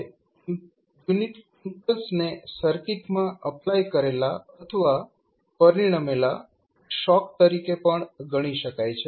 હવે યુનિટ ઇમ્પલ્સને સર્કિટમાં એપ્લાય કરેલા અથવા પરિણમેલા શોક તરીકે પણ ગણી શકાય છે